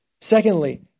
Secondly